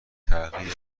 تغییر